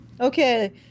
Okay